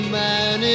man